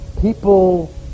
People